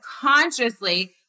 consciously